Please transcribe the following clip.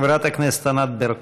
חברת הכנסת ענת ברקו.